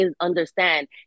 understand